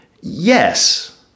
Yes